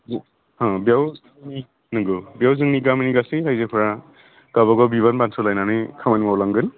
अ बेयाव नंगौ बेयाव जोंनि गामिनि गासै रायजोफोरा गावबा गाव बिबान बानस'लायनानै खामानि मावलांगोन